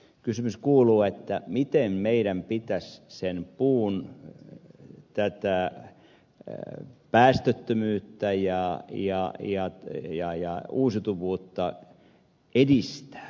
kysymys kuuluu miten meidän pitäisi sen puun täyttää erm päästöttömyyttäjia ja liian päästöttömyyttä ja uusiutuvuutta edistää